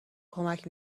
کمک